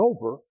over